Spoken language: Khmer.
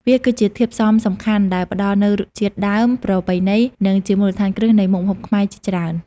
វាគឺជាធាតុផ្សំសំខាន់ដែលផ្តល់នូវរសជាតិដើម ប្រពៃណី និងជាមូលដ្ឋានគ្រឹះនៃមុខម្ហូបខ្មែរជាច្រើន។